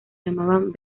llamaban